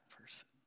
person